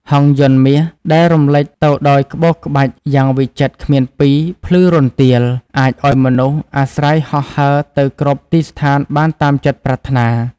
ហង្សយន្តមាសដែលរំលេចទៅដោយក្បូរក្បាច់យ៉ាងវិចិត្រគ្មានពីរ ភ្លឺរន្ទាល អាចឱ្យមនុស្សអាស្រ័យហោះហើរទៅគ្រប់ទីស្ថានបានតាមចិត្តប្រាថ្នា។